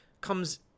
comes